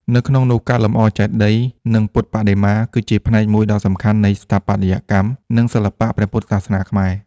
នៅក្នុងនោះ ការលម្អចេតិយ និងពុទ្ធបដិមា គឺជាផ្នែកមួយដ៏សំខាន់នៃស្ថាបត្យកម្ម និងសិល្បៈព្រះពុទ្ធសាសនាខ្មែរ។